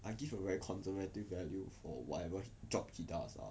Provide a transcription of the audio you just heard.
I give a very conservative value for whatever job he does lah